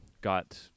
got